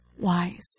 wise